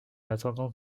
attendant